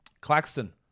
Claxton